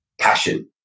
passion